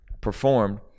performed